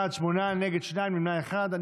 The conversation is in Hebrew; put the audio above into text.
בעד, שמונה, נגד, שניים, נמנע אחד.